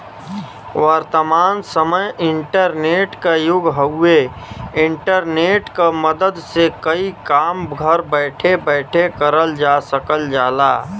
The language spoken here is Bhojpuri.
वर्तमान समय इंटरनेट क युग हउवे इंटरनेट क मदद से कई काम घर बैठे बैठे करल जा सकल जाला